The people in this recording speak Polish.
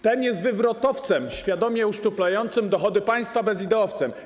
Ten jest wywrotowcem, świadomie uszczuplającym dochody państwa bezideowcem.